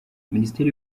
minisiteri